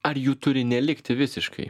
ar jų turi nelikti visiškai